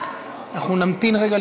אנחנו נמתין רגע,